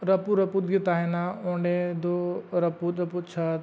ᱨᱟᱹᱯᱩᱫᱼᱨᱟᱹᱯᱩᱫ ᱜᱮ ᱛᱟᱦᱮᱱᱟ ᱚᱸᱰᱮᱫᱚ ᱨᱟᱹᱯᱩᱫᱼᱨᱟᱹᱯᱩᱫ ᱪᱷᱟᱫᱽ